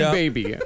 baby